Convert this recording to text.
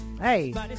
Hey